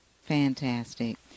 Fantastic